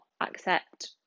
accept